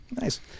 Nice